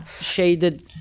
shaded